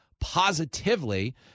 positively